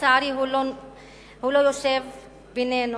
שלצערי לא יושב בינינו,